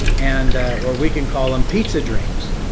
and or we can call them pizza dreams.